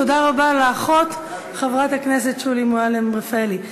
תודה רבה לאחות שולי מועלם-רפאלי.